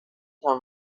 نشانی